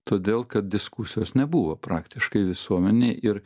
todėl kad diskusijos nebuvo praktiškai visuomenėj ir